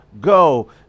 go